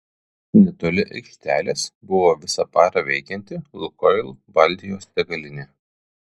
netoli aikštelės buvo visą parą veikianti lukoil baltijos degalinė